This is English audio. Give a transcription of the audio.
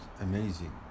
amazing